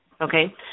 okay